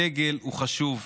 הדגל הוא חשוב,